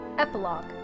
Epilogue